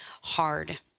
hard